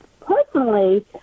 personally